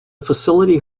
facility